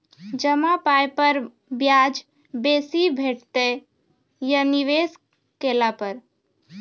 जमा पाय पर ब्याज बेसी भेटतै या निवेश केला पर?